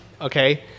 okay